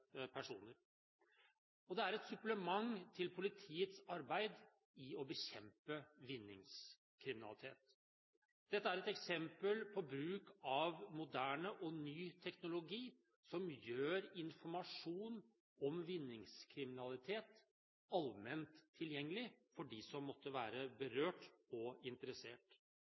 Det er et supplement til politiets arbeid i å bekjempe vinningskriminalitet. Dette er et eksempel på bruk av moderne og ny teknologi som gjør informasjon om vinningskriminalitet allment tilgjengelig for dem som måtte være berørt og interessert.